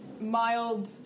mild